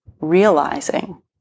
realizing